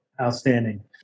Outstanding